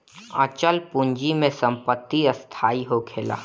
अचल पूंजी में संपत्ति स्थाई होखेला